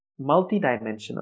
multidimensional